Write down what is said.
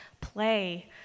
play